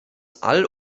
all